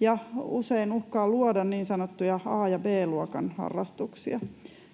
ja usein uhkaa luoda niin sanottuja A- ja B-luokan harrastuksia.